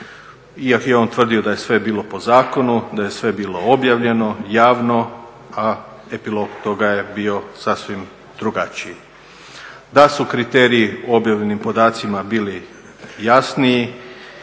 iako je on tvrdio da je sve bilo po zakonu, da je sve bilo objavljeno, javno a epilog toga je bio sasvim drugačiji. Da su kriteriji o objavljenim podacima bili jasniji